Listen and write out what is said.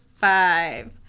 five